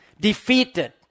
defeated